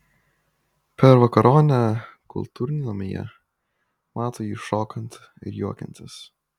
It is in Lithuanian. per vakaronę kultūrnamyje mato jį šokant ir juokiantis